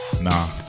Nah